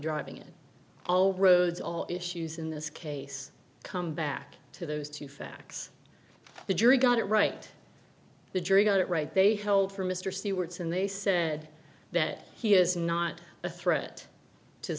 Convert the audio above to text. driving it all roads all issues in this case come back to those two facts the jury got it right the jury got it right they held for mr seawards and they said that he is not a threat to